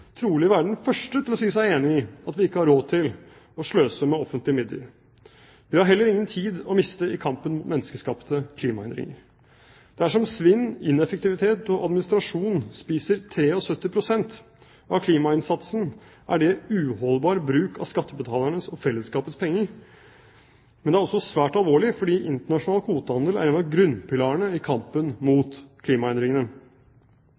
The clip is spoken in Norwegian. trolig være den første til å si seg enig i at vi ikke har råd til å sløse med offentlige midler. Vi har heller ingen tid å miste i kampen mot menneskeskapte klimaendringer. Dersom svinn, ineffektivitet og administrasjon spiser 73 pst. av klimainnsatsen, er det uholdbar bruk av skattebetalernes og fellesskapets penger, men det er også svært alvorlig fordi internasjonal kvotehandel er en av grunnpilarene i kampen